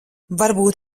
varbūt